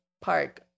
park